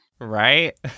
Right